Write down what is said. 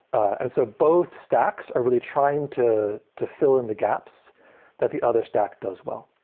and so both stacks are really trying to to fill in the gaps that the other stack does well.